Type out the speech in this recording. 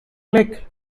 click